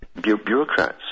bureaucrats